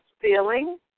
feeling